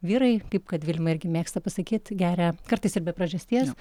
vyrai kaip kad vilma irgi mėgsta pasakyt geria kartais ir be priežasties